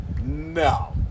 No